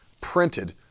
printed